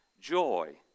joy